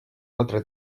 altre